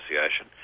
Association